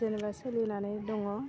जेनेबा सोलिनानै दङ